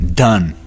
done